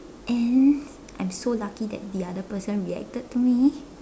and I'm so lucky that the other person reacted to me